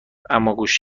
اماگوش